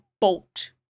boat